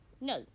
No